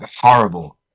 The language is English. horrible